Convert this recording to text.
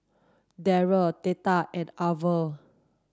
Daren Theta and Arvel